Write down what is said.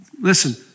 listen